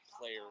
player